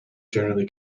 generally